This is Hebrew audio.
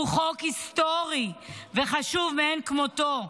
הוא חוק היסטורי וחשוב מאין כמותו.